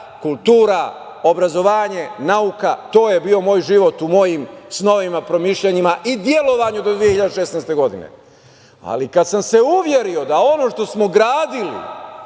kultura, obrazovanje, nauka. To je bio moj život u mojim snovima, promišljanjima i delovanju do 2016. godine. Ali, kada sam se uverio da ono što smo gradili